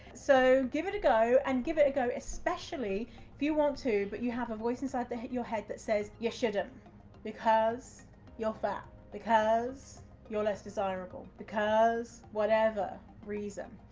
so give it a go, and give it a go especially if you want to but you have a voice inside your head that says you shouldn't because you're fat. because you're less desirable. because whatever reason,